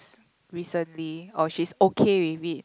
recently or she's okay with it